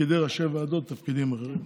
תפקידי ראשי ועדות ותפקידים אחרים.